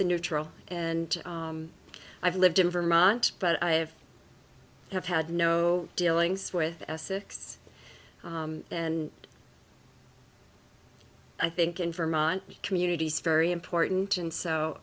the neutral and i've lived in vermont but i have had no dealings with essex and i think in vermont communities very important and so